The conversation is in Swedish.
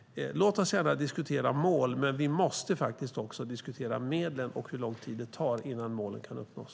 Låt oss gärna diskutera mål, men vi måste faktiskt också diskutera medlen och hur lång tid det tar innan målen kan uppnås.